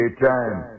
time